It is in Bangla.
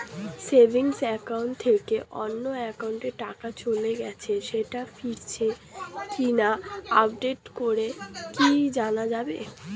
সেভিংস একাউন্ট থেকে অন্য একাউন্টে টাকা চলে গেছে সেটা ফিরেছে কিনা আপডেট করে কি জানা যাবে?